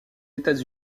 états